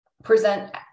present